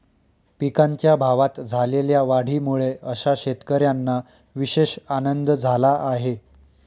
पिकांच्या भावात झालेल्या वाढीमुळे अशा शेतकऱ्यांना विशेष आनंद झाला आहे